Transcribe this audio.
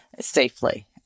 safely